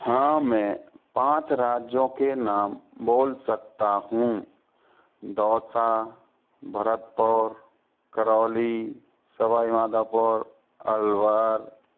हाँ मैं पाँच राज्यों के नाम बोल सकता हूँ दौसा भरतपुर करौली सवाई माधोपुर अलवर